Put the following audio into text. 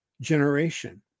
generation